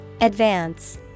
Advance